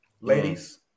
Ladies